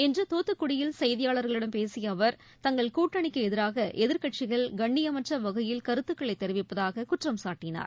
இன்று தூத்துக்குடியில் செய்தியாளர்களிடம் பேசிய அவர் தங்கள் கூட்டணிக்கு எதிராக எதிர்க்கட்சிகள் கண்ணியமற்ற வகையில் கருத்துக்களை தெரிவிப்பதாக குற்றம் சாட்டினார்